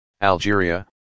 Algeria